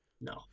No